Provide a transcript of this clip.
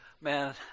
Man